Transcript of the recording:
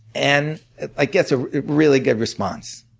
and it like gets a really good response.